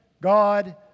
God